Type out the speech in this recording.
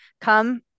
come